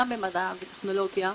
גם במדע וטכנולוגיה,